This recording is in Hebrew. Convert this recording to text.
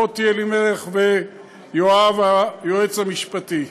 מוטי אלימלך ויואב, היועץ המשפטי.